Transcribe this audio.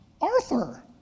Arthur